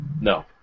No